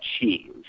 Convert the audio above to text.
achieve